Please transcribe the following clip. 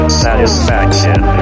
satisfaction